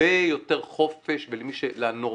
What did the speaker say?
הרבה יותר חופש לנורמטיביים,